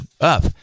up